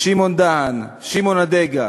שמעון דהן, שמעון אדגה,